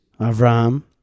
Avram